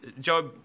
Job